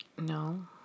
No